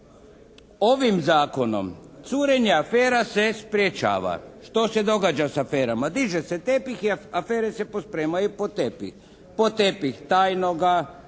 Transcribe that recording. ovim zakonom curenja afera se sprječava. Što se događa sa aferama? Diže se tepih i afere se pospremaju pod tepih, pod tepih tajnoga,